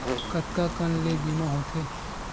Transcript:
कतका कन ले बीमा होथे?